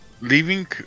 Leaving